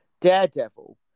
Daredevil